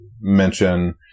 mention